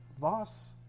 Voss